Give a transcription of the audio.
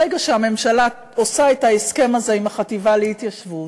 ברגע שהממשלה עושה את ההסכם הזה עם החטיבה להתיישבות,